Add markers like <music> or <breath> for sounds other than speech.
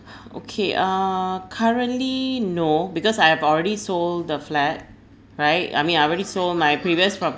<breath> okay uh currently no because I have already sold the flat right I mean I already sold my previous